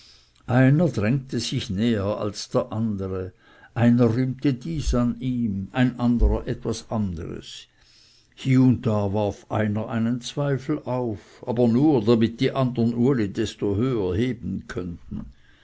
einer drängte sich näher als der andere einer rühmte dies an ihm ein anderer etwas anderes hie und da warf einer einen zweifel auf aber nur damit die andern uli desto höher heben könnten